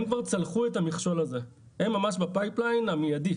הם כבר צלחו את המכשול הזה, הם ממש בצנרת המיידית,